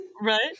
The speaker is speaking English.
right